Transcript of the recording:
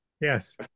Yes